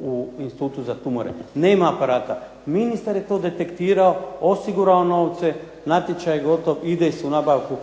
u Institutu za tumore. Nema aparata. Ministar je to detektirao, osigurao novce, natječaj je gotov, ide se u nabavku,